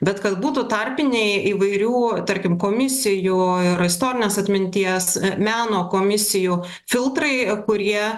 bet kad būtų tarpiniai įvairių tarkim komisijų ir istorinės atminties meno komisijų filtrai kurie